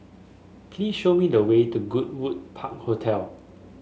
please show me the way to Goodwood Park Hotel